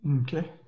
Okay